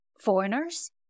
foreigners